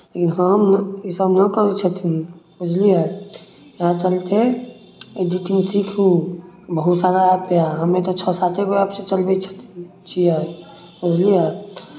हम ईसभ नहि करै छथिन बुझलियै इएह चलते एडिटिंग सीखू बहुत सारा ऐप अइ हम्मे तऽ छओ साते गो ऐपसँ चलबै छियै बुझलियै